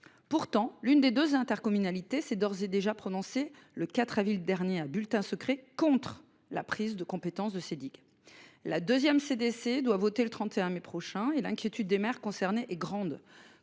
Pourtant l'une des 2 intercommunalité s'est d'ores et déjà prononcé le 4 avril dernier à bulletins secrets contre la prise de compétence de ces digues la 2ème CDC doit voter le 31 mai prochain et l'inquiétude des maires concernés et grande.